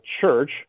church